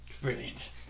Brilliant